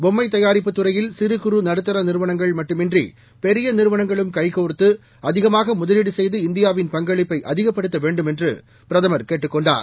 பொம்மைதயாரிப்புதுறையில்சிறுகுறுநடுத்தரநிறுவனங்க ள்மட்டுமின்றி பெரியநிறுவனங்களும்கைகோர்த்து அதிகமாகமுதலீடுசெய்துஇந்தியாவின்பங்களிப்பைஅதிகப் படுத்தவேண்டும்என்றுபிரதமர்கேட்டுக்கொண்டார்